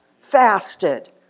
fasted